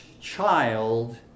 child